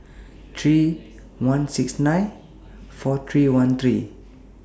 three one six nine four three one three